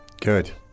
Good